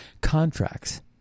contracts